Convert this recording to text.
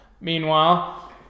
Meanwhile